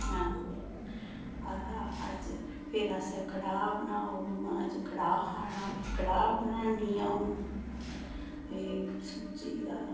आं अज्ज फिर असें कड़ा बनाओ मम्मा अज्ज कड़ा खाना कड़ा बनानी आउं एह् सूजी दा